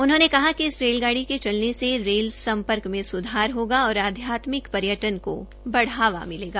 उन्होंने कहा कि इस रेलगाड़ी के चलने से रेल सम्पर्क में सुधार होगा और आध्यात्मिक पर्यटन को बढावा मिलेगा